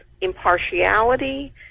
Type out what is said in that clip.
impartiality